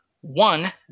One